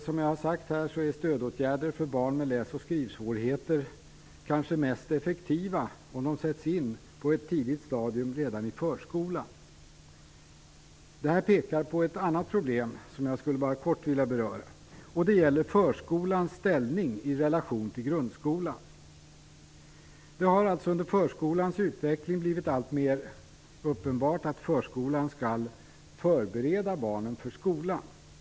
Som jag har sagt är stödåtgärder för barn med läsoch skrivsvårigheter kanske mest effektiva om de sätts in på ett tidigt stadium; redan i förskolan. Detta leder vidare till ett annat problem som jag kort skulle vilja beröra. Det gäller förskolans ställning i relation till grundskolan. Det har under förskolans utveckling blivit alltmer uppenbart att förskolan skall förberedda barnen för skolan.